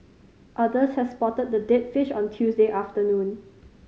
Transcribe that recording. others had spotted the dead fish on Tuesday afternoon